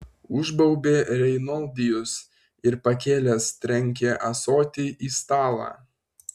užbaubė reinoldijus ir pakėlęs trenkė ąsotį į stalą